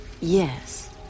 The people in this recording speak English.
Yes